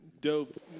dope